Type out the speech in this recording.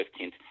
15th